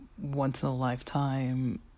once-in-a-lifetime